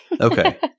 Okay